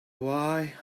why